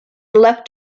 left